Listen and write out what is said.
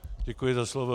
Děkuji za slovo.